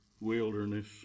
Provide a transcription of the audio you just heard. wilderness